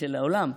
של העולם,